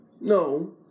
No